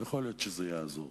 יכול להיות שזה יעזור.